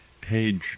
Page